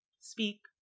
speak